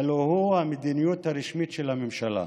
הלוא הוא המדיניות הרשמית של ההמשלה.